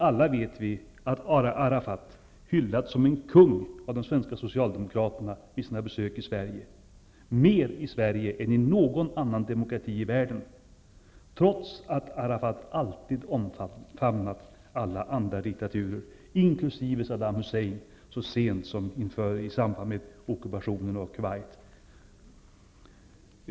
Alla vet vi att Arafat vid sina besök i Sverige hyllades som en kung av de svenska socialdemokraterna, mer i Sverige än i någon annan demokrati i världen, trots att Arafat alltid omfamnat alla andra diktaturer, inkl. Saddam Husseins så sent som i samband med ockupationen av Kuwait.